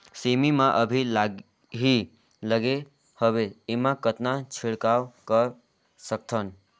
सेमी म अभी लाही लगे हवे एमा कतना छिड़काव कर सकथन?